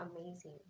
amazing